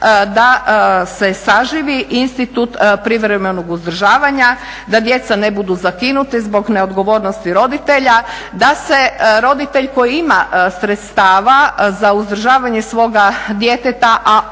da se saživi institut privremenog uzdržavanja da djeca ne budu zakinuta zbog neodgovornosti roditelja, da se roditelj koji ima sredstava za uzdržavanje svoga djeteta a on ga